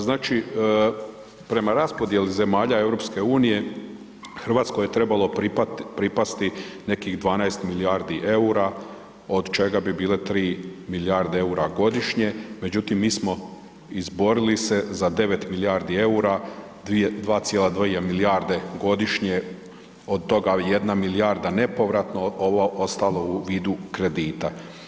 Znači prema raspodjeli zemalja EU Hrvatskoj je trebalo pripasti nekih 12 milijardi EUR-a od čega bi bile 3 milijarde EUR-a godišnje međutim mi smo izborili se za 9 milijardi EUR-a 2,2 milijarde godišnje od toga 1 milijarda nepovratno ovo ostalo u vidu kredita.